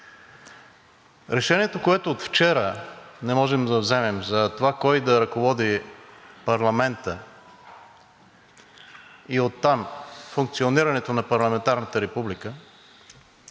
Решението, което от вчера не можем да вземем за това кой да ръководи парламента и оттам функционирането на парламентарната република,